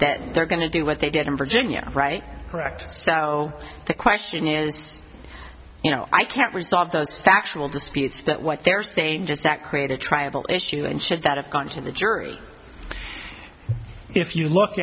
that they're going to do what they did in virginia right correct so the question is you know i can't resolve those factual disputes but what they're saying just that create a tribal issue and should that have gone to the jury if you look